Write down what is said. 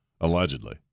allegedly